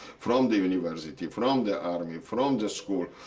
from the university, from the army, from the school,